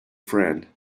friend